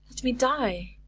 let me die.